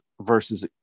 versus